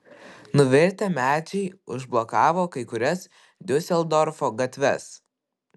nuvirtę medžiai užblokavo kai kurias diuseldorfo gatves